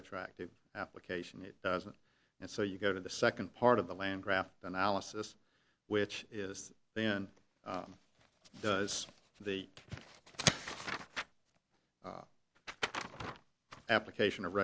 retroactive application it doesn't and so you go to the second part of the land graph analysis which is then does the application of